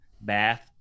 bath